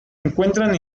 encuentran